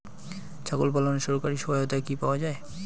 ছাগল পালনে সরকারি সহায়তা কি পাওয়া যায়?